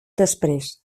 després